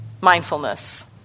mindfulness